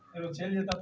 फेर ओ चलि जेताह